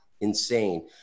insane